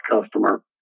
customer